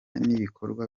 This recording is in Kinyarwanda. n’ibikorwa